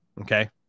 okay